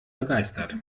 begeistert